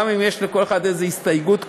גם אם יש לכל אחד איזה הסתייגות קטנה,